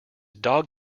dog